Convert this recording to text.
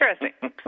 interesting